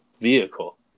vehicle